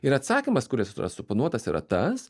ir atsakymas kuris yra suponuotas yra tas